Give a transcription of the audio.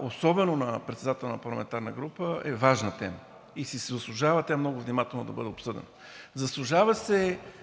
особено на председател на парламентарна група, е важна тема и си заслужава тя много внимателно да бъде обсъдена.